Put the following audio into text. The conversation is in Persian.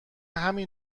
همین